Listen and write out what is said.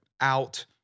out